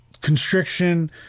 constriction